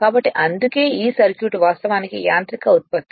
కాబట్టి అందుకే ఈ సర్క్యూట్ వాస్తవానికి యాంత్రిక ఉత్పత్తి